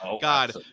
God